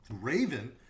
Raven